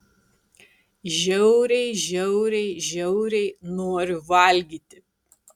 žiauriai žiauriai žiauriai noriu valgyti